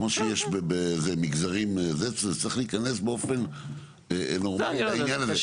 כמו שיש במגזרים זה צריך להיכנס באופן נורמלי לעניין הזה.